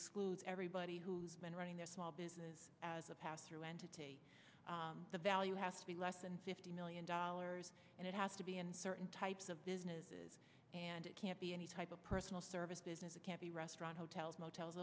excludes everybody who's been running their small business as a pass through entity the value has to be less than fifty million dollars and it has to be in certain types of business and it can't be any type of personal service business it can't be restaurant hotels motels